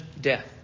death